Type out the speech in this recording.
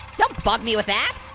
don't bug me with that.